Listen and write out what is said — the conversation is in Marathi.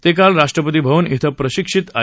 ते काल राष्ट्रपती भवन इथं प्रशिक्षित आय